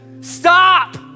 Stop